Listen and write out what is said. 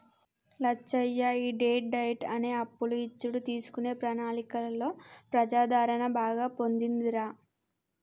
లచ్చయ్య ఈ debt diet అనే అప్పులు ఇచ్చుడు తీసుకునే ప్రణాళికలో ప్రజాదరణ బాగా పొందిందిరా